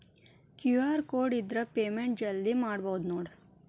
QR code ಇದ್ರ payment ಜಲ್ದಿ ಮಾಡಬಹುದು ನೋಡ್